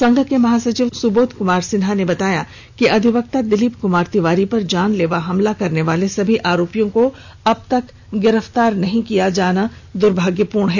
संघ के महासंचिव सुबोध कुमार सिन्हा ने बताया कि अधिवक्ता दिलीप कुमार तिवारी पर जानलेवा हमला करने वाले सभी आरोपियों को अब तक गिरफ्तार नहीं किया जाना दर्भोग्यपूर्ण है